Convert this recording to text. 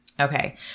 Okay